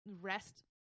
rest